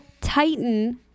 Titan